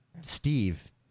Steve